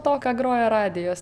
to ką grojo radijas